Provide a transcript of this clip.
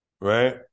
right